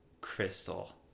Crystal